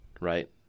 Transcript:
Right